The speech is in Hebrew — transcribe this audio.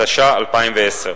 התשע"א,2010.